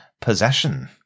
possession